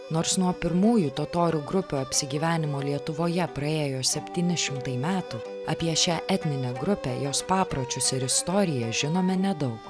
nors nuo pirmųjų totorių grupių apsigyvenimo lietuvoje praėjo septyni šimtai metų apie šią etninę grupę jos papročius ir istoriją žinome nedaug